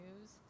news